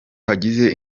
hagize